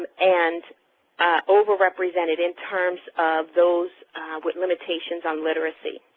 and over-represented in terms of those with limitations on literacy.